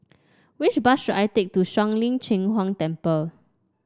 which bus should I take to Shuang Lin Cheng Huang Temple